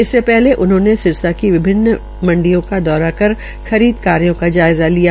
इससे पहले उन्होंने सिरसा की विभिन्न मंतिया का दौरा कर खरीद कार्यो का जायजा लिया